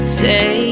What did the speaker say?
say